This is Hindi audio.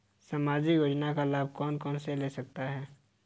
सामाजिक योजना का लाभ कौन कौन ले सकता है?